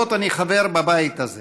אני מתכבד לפתוח את הדיון לציון 13 שנים